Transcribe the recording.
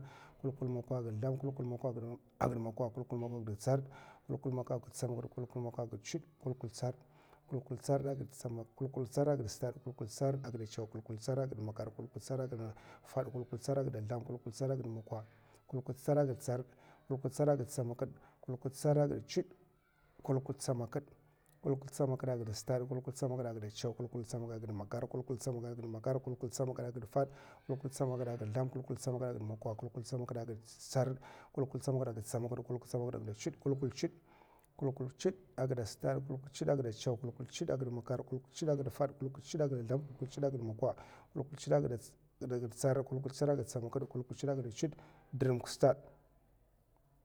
Kulkul mokwa gida zlam, kulkul mokwa gida mokwa kulkul mokwa gida tsarrd, kulkul mokwa gida stamkid, kulkul mokwa gida chudè, kulkul tsarrd. kulkul tsarrd a gid stad, kulkul tsarrd a gid chaw, kulkul tsarrd a gid makar, kulkul tsarrd a gid fad, kulkul tsarrd a gid zlam, kulkul tsarrd a gid mokwa, kulkul tsarrd a gid tsarrd kulkul tsarrd a gid tsamakid, kulkul tsarrd a gid chudè. kulkul tsamakid. kulkul tsamkda gid stad, kulkul tsamkda gid chaw, kulkul tsamkda gid makar, kulkul tsamkda gid fad, kulkul tsamkda gid zlam, kulkul tsamkda gid mokwa, kulkul tsamkda gid tsarrd, kulkul tsamkda gid tsamaki, kulkul tsamkda gid chudè, kulkul chud. kulkul chudè a gida stad, kulkul chudè a gida chaw, kulkul chudè a gida makar, kulkul chudè a gida fad, kulkul chudè a gida zlam, kulkul chudè a gida mokwa. kulkul chudè a gida tsarrd, kulkul chudè a gida tsamakid, kulkul chudè a gida chudè, dr'mbak stad.